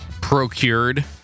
procured